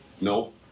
No